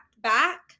back